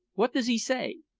what does he say?